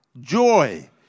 joy